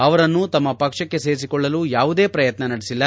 ಅವರನ್ನು ತಮ್ಮ ಪಕ್ಷಕ್ಕೆ ಸೇರಿಸಿಕೊಳ್ಳಲು ಯಾವುದೇ ಪ್ರಯತ್ನ ನಡೆಸಿಲ್ಲ